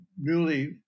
Newly